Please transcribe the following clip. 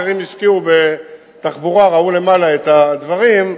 אחרים השקיעו בתחבורה, ראו למעלה את הדברים,